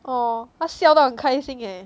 oh 她笑到很开心 eh